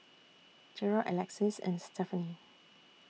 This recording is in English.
Gerold Alexys and Stefani